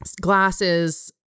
glasses